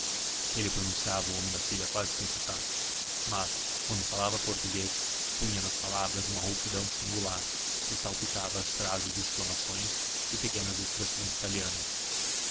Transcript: ele pronunciava o nome da filha quase sem sotaque mas quando falava português punha nas palavras uma rouquidão singular e salpicava as frases de exclamações e pequenas expressões italianas